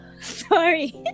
sorry